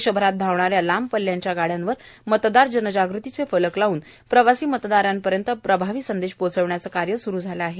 देशभरात धावणाऱ्या लांब पल्ल्याच्या गाड्यांवर मतदार जनजागृतीचे फलक लावून प्रवासी मतदारांपर्यंत प्रभावी संदेश पोहचविण्याचे कार्य सुरू झाले आहे